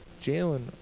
Jalen